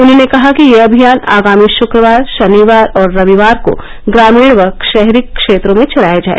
उन्होंने कहा कि यह अभियान आगामी शक्रवार शनिवार और रविवार को ग्रामीण व शहरी क्षेत्रों में चलाया जाए